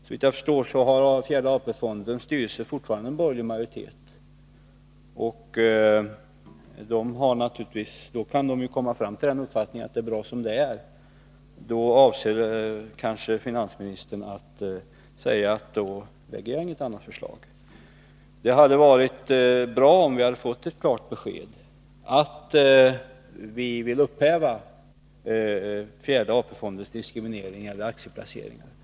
Såvitt jag förstår har fjärde AP-fondens styrelse fortfarande borgerlig majoritet. Den kan ju komma fram till uppfattningen att det är bra som det är, och då avser kanske finansministern att inte lägga fram något annat förslag. Det hade varit bra om vi hade fått ett klart besked, att man vill upphäva fjärde AP-fondens diskriminering när det gäller aktieplaceringar.